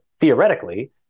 theoretically